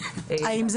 האם זה